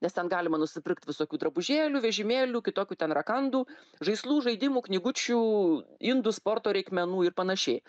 nes ten galima nusipirkt visokių drabužėlių vežimėlių kitokių ten rakandų žaislų žaidimų knygučių indų sporto reikmenų ir panašiai